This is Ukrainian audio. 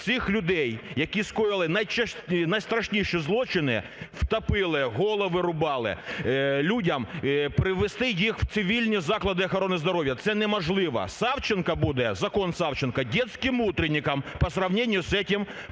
цих людей, які скоїли найстрашніші злочини (топили, голови рубали людям), перевести їх в цивільні заклади охорони здоров'я. Це неможливо. Савченко буде, "закон Савченко", детским утренником по сравнению с этим